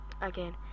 again